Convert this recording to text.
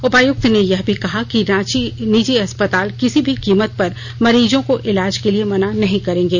उपायुक्त ने यह मी कहा है कि निजी अस्पताल किसी भी कीमत पर मरीजों को इलाज के लिए मना नहीं करेंगे